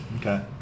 Okay